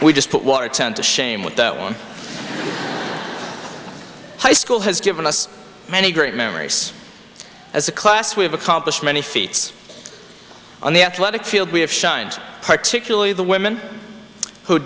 we just put water ten to shame with that one high school has given us many great memories as a class we have accomplished many feats on the athletic field we have shined particularly the women who